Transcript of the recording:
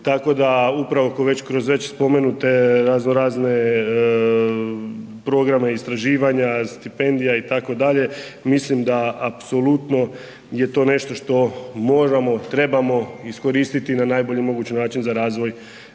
tako da upravo koji već kroz već spomenute razno razne programe istraživanja, stipendija itd., mislim da apsolutno je to nešto što moramo, trebamo iskoristiti na najbolji način za razvoj